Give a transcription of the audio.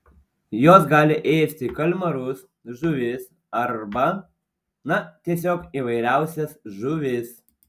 jos gali ėsti kalmarus žuvis arba na tiesiog įvairiausias žuvis